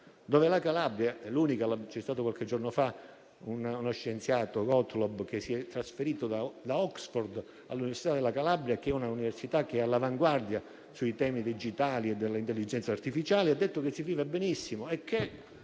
alla Calabria, in cui proprio qualche giorno fa uno scienziato, Georg Gottlob, che si è trasferito da Oxford all'Università della Calabria, un'università all'avanguardia sui temi digitali e dell'intelligenza artificiale, ha detto che si vive benissimo e che